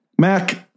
Mac